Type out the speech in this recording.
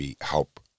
help